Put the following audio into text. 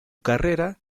carrera